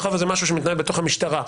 מאחר שזה משהו שמתנהל בתוך המשטרה,